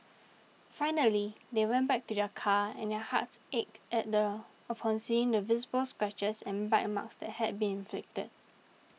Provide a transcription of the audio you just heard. finally they went back to their car and their hearts ached upon seeing the visible scratches and bite marks that had been inflicted